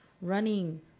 running